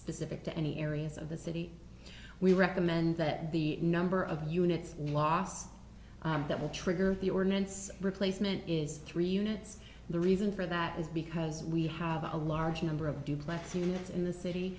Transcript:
specific to any areas of the city we recommend that the number of units lost that will trigger the ordinance replacement is three units the reason for that is because we have a large number of duplex units in the city